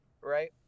right